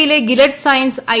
യിലെ Gilead Sciences I